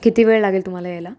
किती वेळ लागेल तुम्हाला यायला